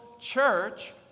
church